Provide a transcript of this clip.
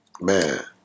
Man